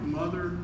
mother